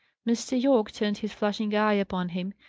mr. yorke turned his flashing eye upon him,